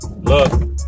look